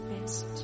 best